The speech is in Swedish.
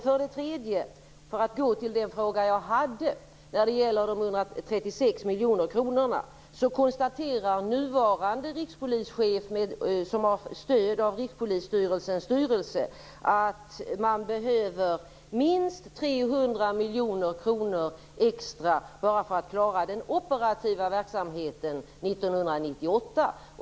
För det tredje, när det gäller den fråga jag hade om de 136 miljoner kronorna, konstaterar nuvarande rikspolischefen, som har stöd av rikspolisstyrelsens styrelse, att man behöver minst 300 miljoner kronor extra bara för att klara den operativa verksamheten 1998.